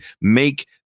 make